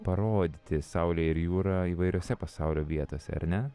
parodyti saulę ir jūrą įvairiose pasaulio vietose ar ne